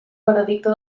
veredicte